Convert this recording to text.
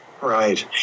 right